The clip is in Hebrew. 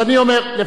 קודם כול,